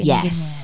Yes